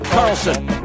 Carlson